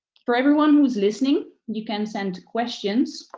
for everyone who's listening, you can send questions